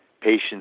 patients